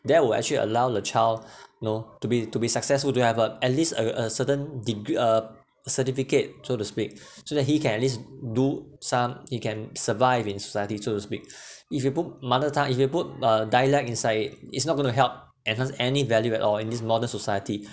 that will actually allow the child you know to be to be successful to have uh at least a a certain degree a certificate so to speak to that he can at least do some he can survive in society so to speak if you put mother tongue if you put a dialect inside it it's not going to help enhance any value at all in this modern society